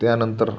त्यानंतर